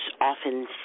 often